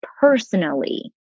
personally